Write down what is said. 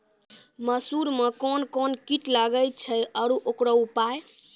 मसूर मे कोन कोन कीट लागेय छैय आरु उकरो उपाय?